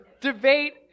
debate